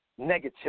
negativity